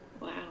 Wow